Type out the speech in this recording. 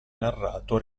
narrato